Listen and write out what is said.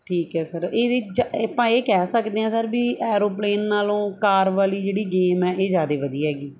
ਠੀਕ ਹੈ ਸਰ ਇਹਦੇ ਜਾਂ ਆਪਾਂ ਇਹ ਕਹਿ ਸਕਦੇ ਹਾਂ ਸਰ ਵੀ ਐਰੋਪਲੇਨ ਨਾਲੋਂ ਕਾਰ ਵਾਲੀ ਜਿਹੜੀ ਗੇਮ ਹੈ ਇਹ ਜ਼ਿਆਦਾ ਵਧੀਆ ਹੈਗੀ